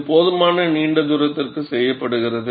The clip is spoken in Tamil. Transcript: இது போதுமான நீண்ட தூரத்திற்கு செய்யப்படுகிறது